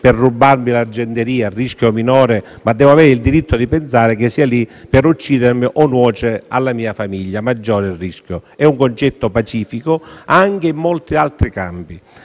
per rubarmi l'argenteria (rischio minore), ma devo avere il diritto di pensare che sia lì per uccidermi o nuocere alla mia famiglia (maggiore rischio). È un concetto pacifico anche in molti altri campi.